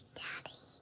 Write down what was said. daddy